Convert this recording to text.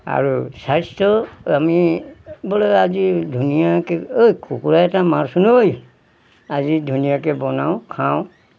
আৰু স্বাস্থ্য আমি বোলে আজি ধুনীয়াকে ঐ কুকুৰা এটা মাৰচোন ঐ আজি ধুনীয়াকে বনাওঁ খাওঁ